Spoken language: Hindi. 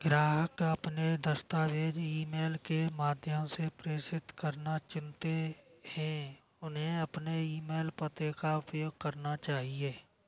ग्राहक अपने दस्तावेज़ ईमेल के माध्यम से प्रेषित करना चुनते है, उन्हें अपने ईमेल पते का उपयोग करना चाहिए